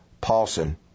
Paulson